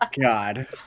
God